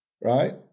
right